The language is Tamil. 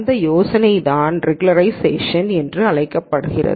இந்த யோசனைதான் ரெகுலராய்சேஷன் என்று அழைக்கப்படுகிறது